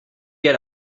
get